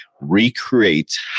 recreate